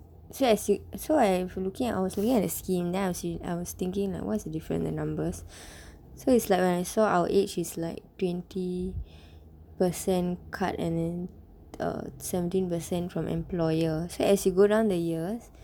so as you so I was looking at the scheme then I was thinking what's the different the numbers so it's like when I saw our age is like twenty percent cut and then err seventeen percent from employer so as you go down the years